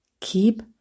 keep